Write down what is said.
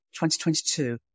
2022